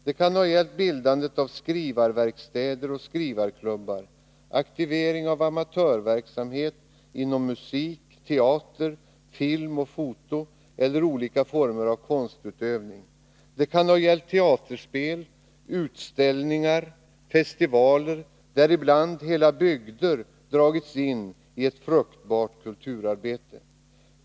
Det kan ha gällt bildande av skrivarverkstäder och skrivarklubbar, aktivering av amatörverksamhet inom musik, teater, film och foto eller olika former av konstutövning. Det kan ha gällt teaterspel, utställningar och festivaler där ibland hela bygder dragits in i ett fruktbart kulturarbete.